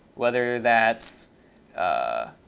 whether that's a